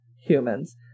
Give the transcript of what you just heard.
humans